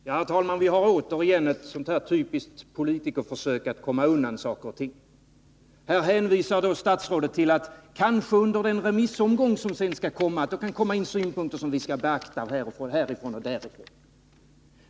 Herr talman! Vi ser här återigen ett typiskt politikerförsök att komma undan saker och ting. Här hänvisar statsrådet till att det under remissomgången kanske kan komma synpunkter härifrån och därifrån som kan beaktas.